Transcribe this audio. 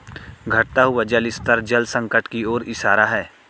घटता हुआ जल स्तर जल संकट की ओर इशारा है